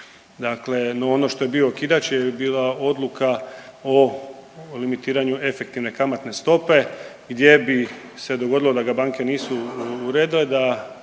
Dakle, ono što je bio okidač je bila odluka o limitiranju efektivne kamatne stope gdje bi se dogodilo da ga banke nisu uredile da